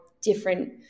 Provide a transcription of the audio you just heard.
different